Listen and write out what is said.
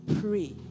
pray